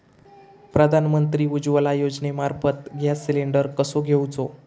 प्रधानमंत्री उज्वला योजनेमार्फत gas cylinder कसो घेऊचो?